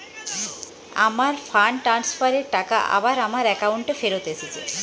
আমার fund transfer এর টাকা আবার আমার একাউন্টে ফেরত এসেছে